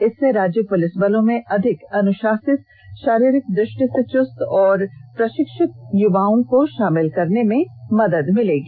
इससे राज्य पुलिस बलों में अधिक अनुशासित शारीरिक दृष्टि से चुस्त और भलीभांति प्रशिक्षित युवाओं को शामिल करने में मदद मिलेगी